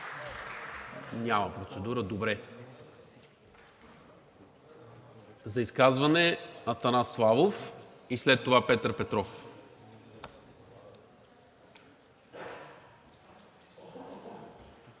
Няма процедура, добре. За изказване – Атанас Славов, и след това Петър Петров.